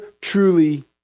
truly